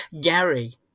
Gary